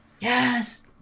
Yes